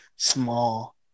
Small